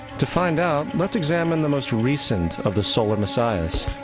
to find out, let's examine the most recent of the solar messiahs.